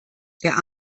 der